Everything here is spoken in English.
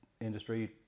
industry